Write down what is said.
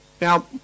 Now